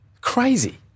Crazy